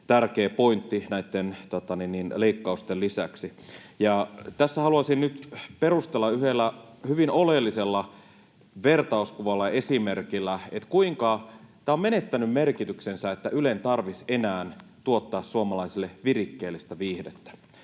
tärkeä pointti näitten leikkausten lisäksi. Tässä haluaisin nyt perustella yhdellä hyvin oleellisella vertauskuvalla, esimerkillä, kuinka on menettänyt merkityksensä, että Ylen tarvitsisi enää tuottaa suomalaisille virikkeellistä viihdettä.